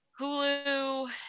hulu